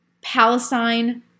Palestine